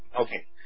okay